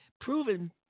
Proven